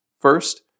First